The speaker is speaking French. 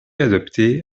adoptées